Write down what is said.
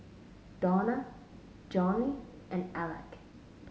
Dawna Johney and Alec